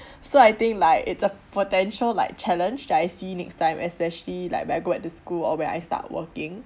so I think like it's a potential like challenge that I see next time especially like when I go back to school or when I start working